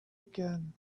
again